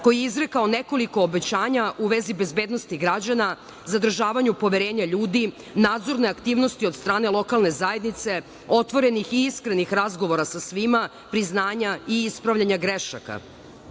koji je izrekao nekoliko obećanja u vezi bezbednosti građana, zadržavanja poverenja ljudi, nadzorne aktivnosti od strane lokalne zajednice, otvorenih i iskrenih razgovora sa svima, priznanja i ispravljanja grešaka. Posle